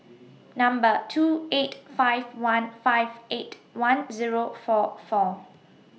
Number two eight five one five eight one Zero four four